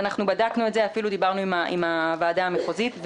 בדקנו את זה ואפילו דיברנו עם הוועדה המחוזית.